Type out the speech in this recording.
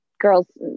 girls